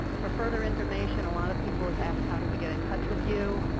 um for further information, a lot of people have asked how do we get in touch with you.